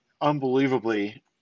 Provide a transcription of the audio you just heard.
unbelievably